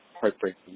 heartbreaking